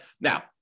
Now